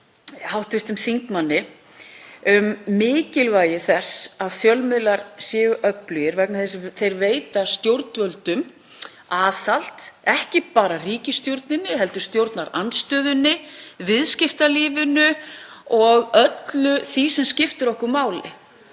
hv. þingmanni um mikilvægi þess að fjölmiðlar séu öflugir vegna þess að þeir veita stjórnvöldum aðhald, ekki bara ríkisstjórninni heldur stjórnarandstöðunni, viðskiptalífinu og öllu því sem skiptir okkur máli.